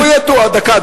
דקה,